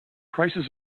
prices